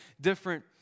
different